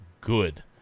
good